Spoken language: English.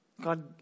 God